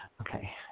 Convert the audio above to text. Okay